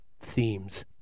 themes